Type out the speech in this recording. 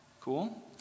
cool